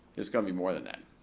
it's gonna be more than that.